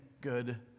good